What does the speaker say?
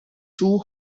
too